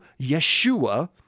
Yeshua